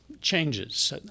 changes